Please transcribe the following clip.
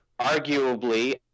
arguably